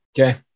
okay